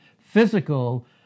physical